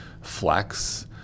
flex